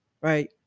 right